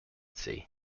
sea